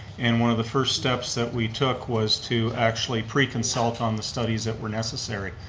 and one of the first steps that we took was to actually pre-consult on the studies that were necessary.